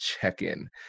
check-in